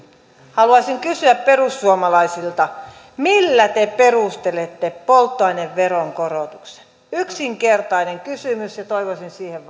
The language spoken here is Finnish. haluaisin kysyä perussuomalaisilta millä te perustelette polttoaineveron korotuksen yksinkertainen kysymys ja toivoisin siihen